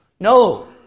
No